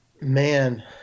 man